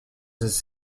his